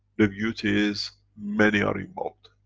the beauty is many are involved.